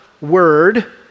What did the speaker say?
word